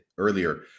earlier